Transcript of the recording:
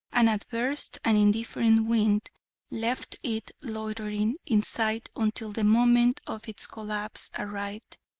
an adverse and indifferent wind left it loitering in sight until the moment of its collapse arrived,